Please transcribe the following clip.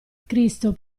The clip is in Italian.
cristo